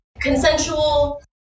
Consensual